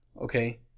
okay